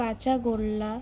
কাঁচাগোল্লা